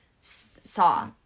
saw